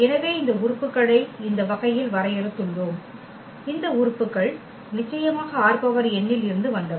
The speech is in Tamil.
எனவே இந்த உறுப்புகளை இந்த வகையில் வரையறுத்துள்ளோம் இந்த உறுப்புகள் நிச்சயமாக ℝn ல் இருந்து வந்தவை